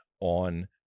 on